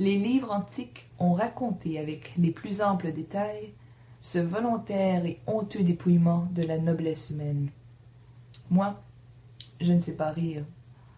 les livres antiques ont raconté avec les plus amples détails ce volontaire et honteux dépouillement de la noblesse humaine moi je ne sais pas rire